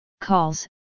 calls